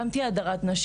שגם שם תהיה הדרת נשים,